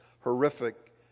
horrific